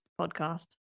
podcast